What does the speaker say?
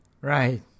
right